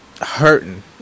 hurting